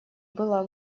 было